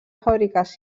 fabricació